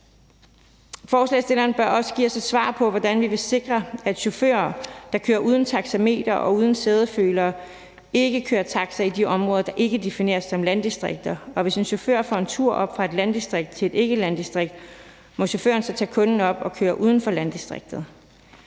Forslagsstillerne bør også give os et svar på, hvordan vi kan sikre, at chauffører, der kører uden taxameter og uden sædeføler, ikke kører taxa i de områder, der ikke defineres som landdistrikter, og hvis en chauffør får en tur op fra et landdistrikt til et ikkelanddistrikt, må chaufføren så tage kunden op og køre uden for landdistriktet?